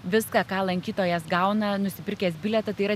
viską ką lankytojas gauna nusipirkęs bilietą tai yra